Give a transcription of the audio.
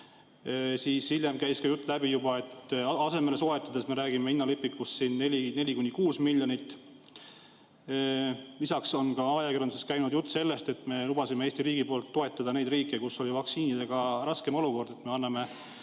käis läbi juba jutt, et vaktsiine asemele soetades me räägime hinnalipikust 4–6 miljonit. Lisaks on ajakirjanduses olnud juttu sellest, et me lubasime Eesti riigi poolt toetada neid riike, kus oli vaktsiinidega raskem olukord, st me anname